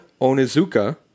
Onizuka